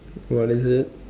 what is it